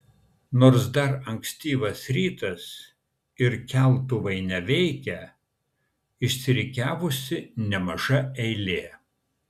nors dar ankstyvas rytas ir keltuvai neveikia išsirikiavusi nemaža eilė